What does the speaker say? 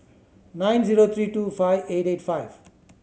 nine zero three two five eight eight five